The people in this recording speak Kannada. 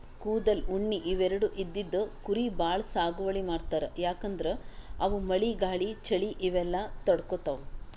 ಕೂದಲ್, ಉಣ್ಣಿ ಇವೆರಡು ಇದ್ದಿದ್ ಕುರಿ ಭಾಳ್ ಸಾಗುವಳಿ ಮಾಡ್ತರ್ ಯಾಕಂದ್ರ ಅವು ಮಳಿ ಗಾಳಿ ಚಳಿ ಇವೆಲ್ಲ ತಡ್ಕೊತಾವ್